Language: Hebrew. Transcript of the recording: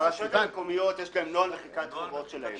הרשויות המקומיות יש להן נוהל מחיקת חובות שלהן.